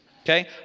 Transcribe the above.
Okay